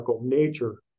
nature